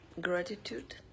gratitude